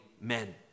men